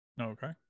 Okay